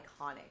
iconic